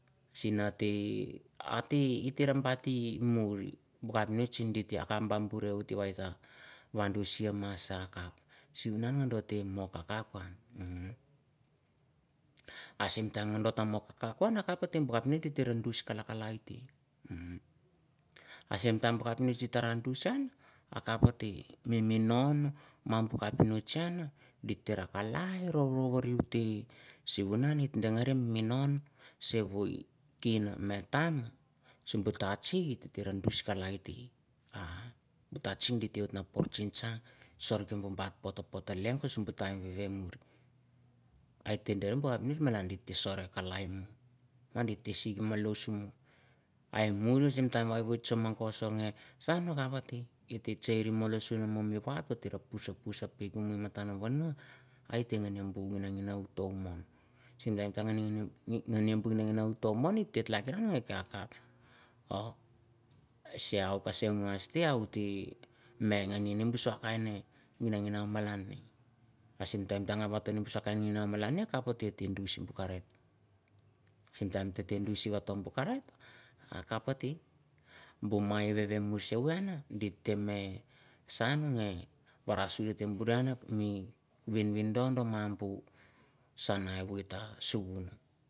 Simah teh. eh hateh hitehereh mulh. Buh capmist inh teh buh buh arreh burr wohot, wan duh chi massah kaph. shivah man, cah kaph han ah, im. m wohot wan coh cah meh neng akap ah hateh buh capaist. mirrah cah lah lai teh him m buh capist han gitereh. kah lai rou wokrua teh. Shevunan tdangered no manseh wohoi. kind meh taim sim buh tah cih ita rah dush kalai teh ah. tah cih hate wohot mah porh tising tsang, sorhu han mi kour. phuto leng gis taim beh murr. Hiteh deh meh buh capnist malan giteh sorh ah kah lai. uak gi teh sick moh loh hia murr. sim taim ah chong. monggoh soh tsang ah kaph ahte. Hite ceh rim simi nen. Hi te ne phu sak phu sak, mahn ta, tah tah noh. Hiteh tahmon eh neng tah mahu. sim taim ghinih, ghinih. buh ghinih tah mou kaph, tah iac rahn. oh seh haa eh gasleh yoh yehihi buh suh neh. balanch ahsim taim taim hate wagh toh sah kain malaneh kapha te. Dus buh cah reh. sim taim teh teh sim buh karrai. ha kapah teh bu mai werrh seh cooi handiteh sahn geh wara surr hi yau mi vin, doh. sang wohoi.